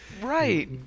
Right